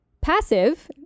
passive